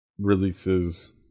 releases